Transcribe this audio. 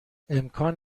امکان